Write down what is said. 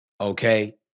okay